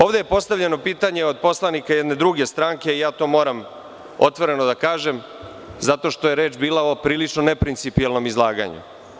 Ovde je postavljeno pitanje od poslanika jedne druge stranke i ja to moram otvoreno da kažem, zato što je reč bila o prilično neprincipijelnom izlaganju.